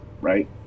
right